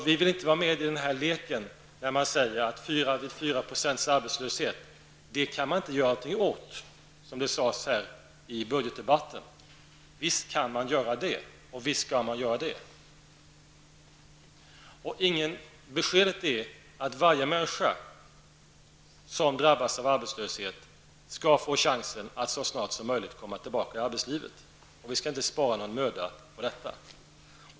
Vi vill inte vara med i den här leken, där man säger att man inte kan göra någonting åt 4 % arbetslöshet, som det sades här under budgetdebatten. Visst kan och skall man göra någonting åt arbetslösheten! Varje människa som drabbas av arbetslöshet skall få chansen att så snabbt som möjligt komma tillbaka i arbetslivet. Vi skall inte spara någon möda på detta.